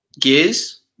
gears